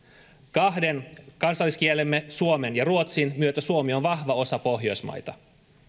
kahden kansalliskielemme suomen ja ruotsin myötä suomi on vahva osa pohjoismaita